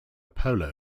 polo